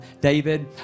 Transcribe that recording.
David